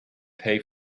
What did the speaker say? pay